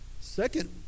Second